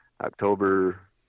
october